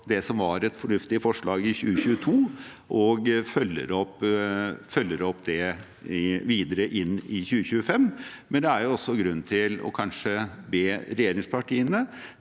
et fornuftig forslag i 2022, og følger opp det videre inn i 2025. Samtidig er det kanskje grunn til å be regjeringspartiene